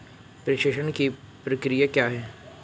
प्रेषण की प्रक्रिया क्या है?